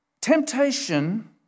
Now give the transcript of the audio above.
Temptation